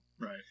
Right